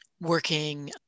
working